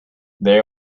they